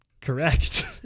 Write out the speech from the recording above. Correct